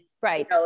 right